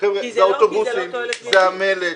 אלה האוטובוסים ואלה המלט.